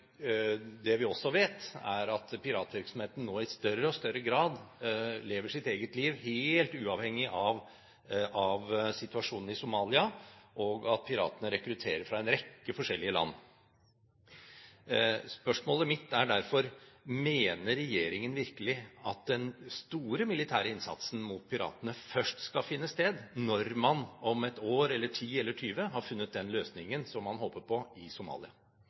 vi vet også at piratvirksomheten i større og større grad lever sitt eget liv – helt uavhengig av situasjonen i Somalia – og at piratene rekrutterer fra en rekke forskjellige land. Spørsmålet mitt er derfor: Mener regjeringen virkelig at den store militære innsatsen mot piratene først skal finne sted når man – om ett år, eller ti, eller tyve – har funnet den løsningen som man håper på i Somalia?